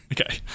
Okay